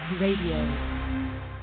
Radio